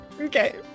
Okay